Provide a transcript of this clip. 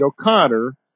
O'Connor